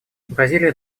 бразилия